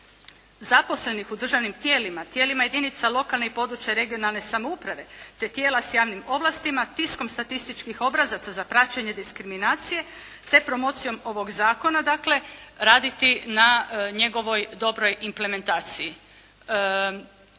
zaposlenih u državnim tijelima, tijelima jedinica lokalne i područne (regionalne) samouprave, te tijela sa javnim ovlastima tiskom statističkih obrazaca za praćenje diskriminacije te promocijom ovoga zakona dakle, raditi na njegovoj dobroj implementaciji.